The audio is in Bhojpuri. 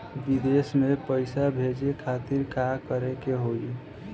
विदेश मे पैसा भेजे खातिर का करे के होयी?